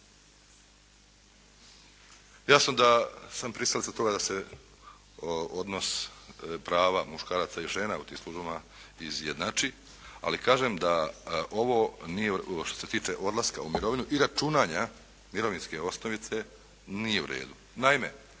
Jasno da sam pristalica toga da se odnos prava muškaraca i žena u tim službama izjednači, ali kažem da ovo nije, što se tiče odlaska u mirovinu i računanja mirovinske osnovice nije u redu.